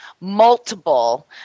multiple